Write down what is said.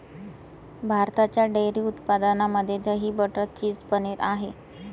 भारताच्या डेअरी उत्पादनामध्ये दही, बटर, चीज, पनीर आहे